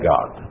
God